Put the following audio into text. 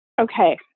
Okay